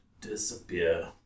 disappear